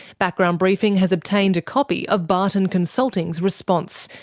background briefing has obtained a copy of barton consulting's response,